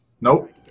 Nope